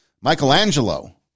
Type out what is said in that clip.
Michelangelo